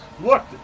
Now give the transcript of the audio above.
look